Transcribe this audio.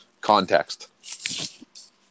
Context